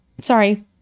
sorry